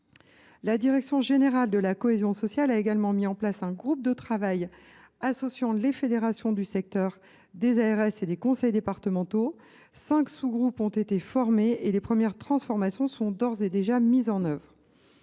La direction générale de la cohésion sociale (DGCS) a également mis en place un groupe de travail associant les fédérations du secteur, les ARS et les conseils départementaux. Cinq sous groupes ont été formés ; les premières transformations sont d’ores et déjà mises en œuvre.